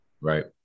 Right